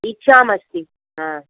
इच्छामस्ति हा